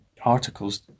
articles